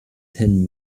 ten